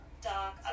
dark